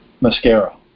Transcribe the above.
Mascara